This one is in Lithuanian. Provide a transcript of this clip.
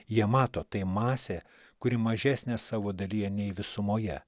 jie mato tai masė kuri mažesnė savo dalyje nei visumoje